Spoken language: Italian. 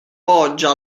poggia